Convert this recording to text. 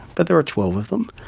but there are twelve of them.